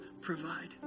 provide